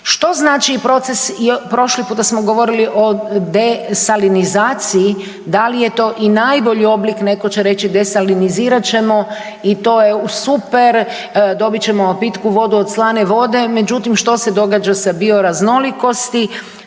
što znači proces i prošli puta smo govorili o desalinizaciji, da li je to i najbolji oblik neko će reći desalinizirat ćemo i to je super, dobit ćemo pitku vodu od slane vode, međutim što se događa sa bioraznolikosti,